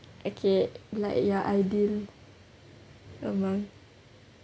okay like your ideal amount